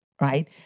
right